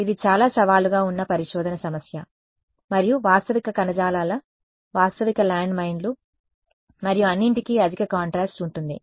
ఇది చాలా సవాలుగా ఉన్న పరిశోధన సమస్య మరియు వాస్తవిక కణజాలాల వాస్తవిక ల్యాండ్మైన్లు మరియు అన్నింటికీ అధిక కాంట్రాస్ట్ ఉంటుంది